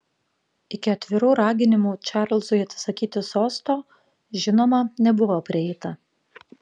iki atvirų raginimų čarlzui atsisakyti sosto žinoma nebuvo prieita